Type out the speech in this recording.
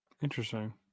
Interesting